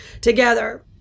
together